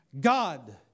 God